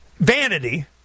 Vanity